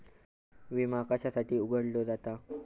विमा कशासाठी उघडलो जाता?